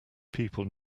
people